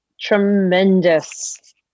tremendous